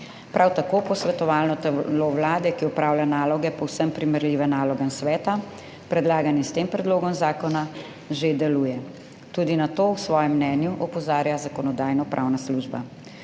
Prav tako posvetovalno telo Vlade, ki opravlja naloge, povsem primerljive nalogam sveta, predlagane s tem predlogom zakona, že deluje. Tudi na to v svojem mnenju opozarja Zakonodajno-pravna služba.